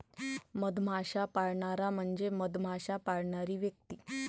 मधमाश्या पाळणारा म्हणजे मधमाश्या पाळणारी व्यक्ती